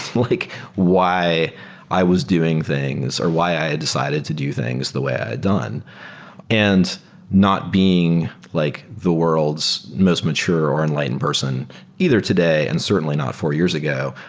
like why i was doing things or why i decided to do things the way i've done and not being like the world's most mature or enlightened person either today and certainly not four years ago.